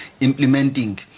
implementing